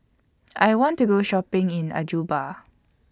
I want to Go Shopping in